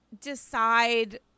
decide